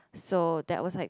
so that was like